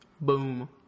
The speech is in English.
Boom